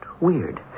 weird